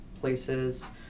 places